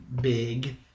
big